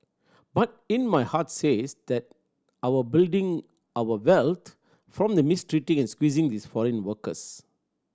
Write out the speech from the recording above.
but in my heart says that our building our wealth from the mistreating and squeezing these foreign workers